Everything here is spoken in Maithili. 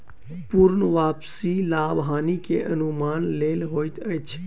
पूर्ण वापसी लाभ हानि के अनुमानक लेल होइत अछि